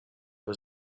was